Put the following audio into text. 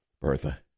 Bertha